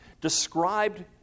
described